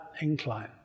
incline